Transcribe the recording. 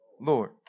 Lord